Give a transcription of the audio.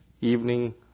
evening